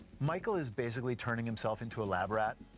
michael is basically turning himself into a lab rat.